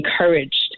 encouraged